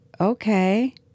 Okay